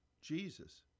Jesus